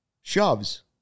shoves